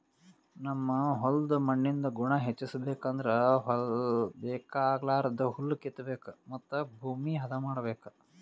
ನಮ್ ಹೋಲ್ದ್ ಮಣ್ಣಿಂದ್ ಗುಣ ಹೆಚಸ್ಬೇಕ್ ಅಂದ್ರ ಬೇಕಾಗಲಾರ್ದ್ ಹುಲ್ಲ ಕಿತ್ತಬೇಕ್ ಮತ್ತ್ ಭೂಮಿ ಹದ ಮಾಡ್ಬೇಕ್